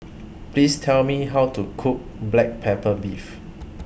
Please Tell Me How to Cook Black Pepper Beef